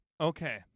Okay